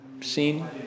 scene